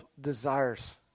desires